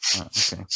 Okay